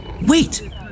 Wait